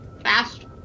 fast